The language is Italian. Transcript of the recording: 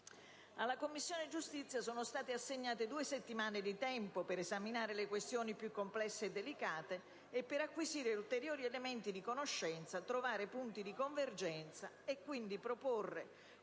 Alla Commissione giustizia sono state assegnate due settimane di tempo per esaminare le questioni più complesse e delicate, per acquisire ulteriori elementi di conoscenza, trovare punti di convergenza e, quindi, proporre